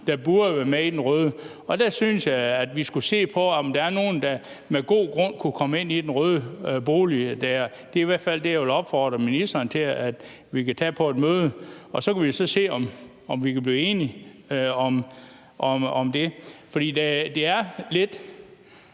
de burde være med i den røde zone, og der synes jeg, at vi skulle se på, om der er nogle, der med god grund kunne komme med ind i den røde boligzone. Det er i hvert fald det, jeg vil opfordre ministeren til at vi kan tage på et møde, og så kan vi se, om vi kan blive enige om det. For det har været